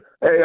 Hey